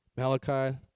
Malachi